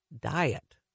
diet